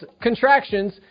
contractions